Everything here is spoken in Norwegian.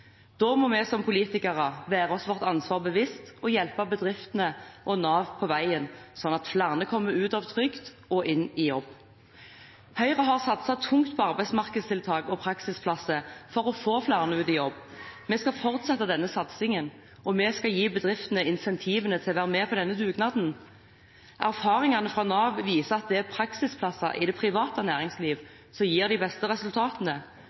Da må vi som politikere være oss vårt ansvar bevisst og hjelpe bedriftene og Nav på veien, slik at flere kommer ut av trygd og inn i jobb. Høyre har satset tungt på arbeidsmarkedstiltak og praksisplasser for å få flere ut i jobb. Vi skal fortsette denne satsingen, og vi skal gi bedriftene incentivene til å være med på denne dugnaden. Erfaringene fra Nav viser at det er praksisplasser i det private næringsliv som gir de beste resultatene,